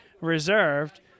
reserved